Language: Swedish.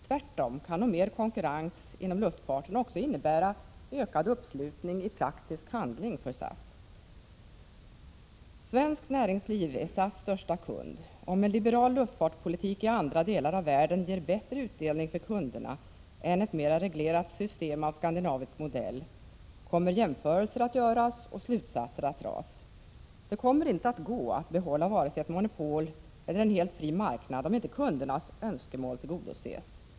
Tvärtom kan nog mer konkurrens inom luftfarten också innebära ökad uppslutning i praktisk handling för SAS. Svenskt näringsliv är SAS största kund. Om en liberal luftfartspolitik i andra delar av världen ger bättre utdelning för kunderna än ett mera reglerat system av skandinavisk modell, kommer jämförelser att göras och slutsatser att dras. Det kommer inte att gå att behålla vare sig ett monopol eller en fri marknad om inte kundernas önskemål tillgodoses.